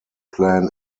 plan